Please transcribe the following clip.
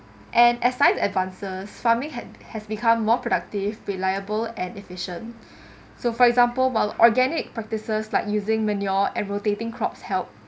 and science and as science advances farming had has become more productive reliable and efficient so for example while organic practice like using manure and rotating crops helped